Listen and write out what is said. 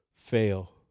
fail